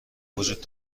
وجود